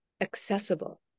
accessible